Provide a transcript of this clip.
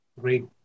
great